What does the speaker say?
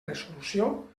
resolució